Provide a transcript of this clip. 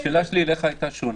השאלה שלי אליך הייתה שונה.